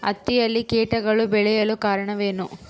ಹತ್ತಿಯಲ್ಲಿ ಕೇಟಗಳು ಬೇಳಲು ಕಾರಣವೇನು?